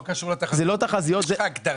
לא קשור לתחזיות, זו הגדרה.